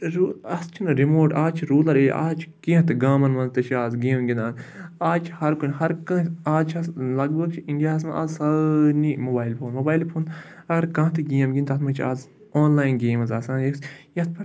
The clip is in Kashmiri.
رُ اَتھ چھِنہٕ رِموڈ آز چھِ روٗلَرٕے آز چھِ کینٛہہ تہِ گامَن منٛز تہِ چھِ اَز گیم گِںٛدان آز چھِ ہرکُنہِ ہرکٲنٛسہِ آز چھِس لگ بگ چھِ اِنڈیاہَس منٛز آز سٲرنٕے موبایل فون موبایل فون اگر کانٛہہ تہِ گیم گِںٛدِ تَتھ منٛز چھِ آز آنلاین گیمٕز آسان یُس یَتھ پٮ۪ٹھ